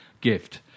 gift